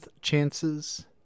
Chances